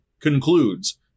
concludes